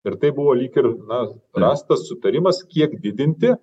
ir tai buvo lyg ir na rastas sutarimas kiek didinti